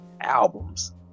albums